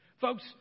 Folks